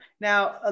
Now